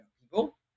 people